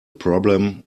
problem